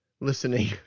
listening